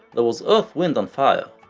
there was earth, wind and fire,